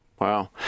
Wow